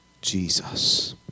Jesus